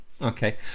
Okay